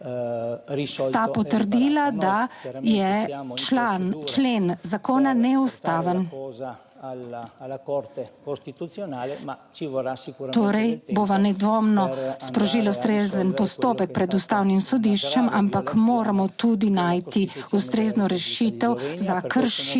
sta potrdila, da je člen zakona neustaven. Torej, bova nedvomno sprožila ustrezen postopek pred Ustavnim sodiščem, ampak moramo tudi najti ustrezno rešitev za kršitev